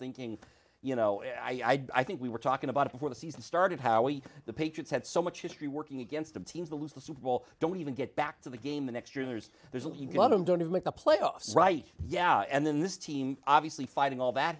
thinking you know i think we were talking about it before the season started how we the patriots had so much history working against them teams to lose the super bowl don't even get back to the game the next year there's there's a lot of don't even make the playoffs right yeah and then this team obviously fighting all that